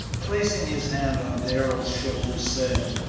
placing his hand on darrell's shoulder, said,